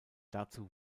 dazu